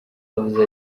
avuze